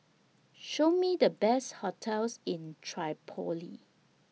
Show Me The Best hotels in Tripoli